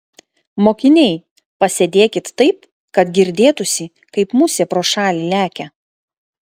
mokiniai pasėdėkit taip kad girdėtųsi kaip musė pro šalį lekia